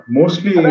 mostly